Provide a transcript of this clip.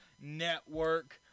Network